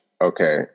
Okay